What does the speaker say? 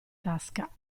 tasca